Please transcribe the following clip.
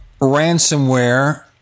Ransomware